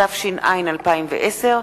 התש"ע 2010,